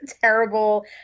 terrible